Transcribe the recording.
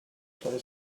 play